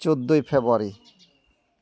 ᱪᱳᱫᱽᱫᱚᱭ February